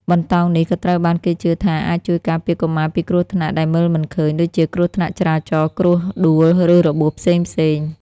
បន្តោងនេះក៏ត្រូវបានគេជឿថាអាចជួយការពារកុមារពីគ្រោះថ្នាក់ដែលមើលមិនឃើញ ដូចជាគ្រោះថ្នាក់ចរាចរណ៍ គ្រោះដួល ឬរបួសផ្សេងៗ។